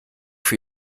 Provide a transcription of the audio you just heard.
für